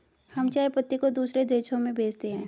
हम चाय पत्ती को दूसरे देशों में भेजते हैं